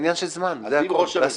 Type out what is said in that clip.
זה עניין של זמן, זה הכול, להספיק.